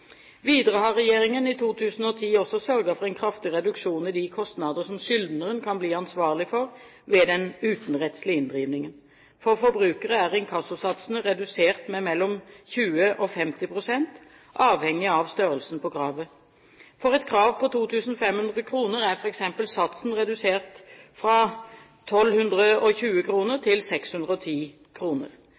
Videre har regjeringen i 2010 også sørget for en kraftig reduksjon i de kostnader som skyldneren kan bli ansvarlig for ved den utenrettslige inndrivingen. For forbrukere er inkassosatsene redusert med mellom 20 og 50 pst., avhengig av størrelsen på kravet. For et krav på 2 500 kr er f.eks. satsen redusert fra 1 220 kr til 610